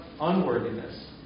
unworthiness